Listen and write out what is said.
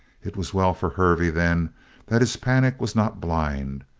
it was well for hervey then that his panic was not blind,